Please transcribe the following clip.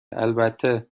البته